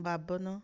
ବାବନ